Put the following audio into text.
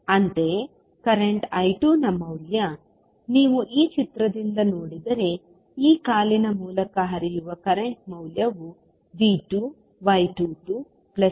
ಅಂತೆಯೇ current I2 ನ ಮೌಲ್ಯ ನೀವು ಈ ಚಿತ್ರದಿಂದ ನೋಡಿದರೆ ಈ ಕಾಲಿನ ಮೂಲಕ ಹರಿಯುವ ಕರೆಂಟ್ ಮೌಲ್ಯವು V2y22V1y21 ಆಗಿರುತ್ತದೆ